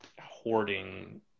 hoarding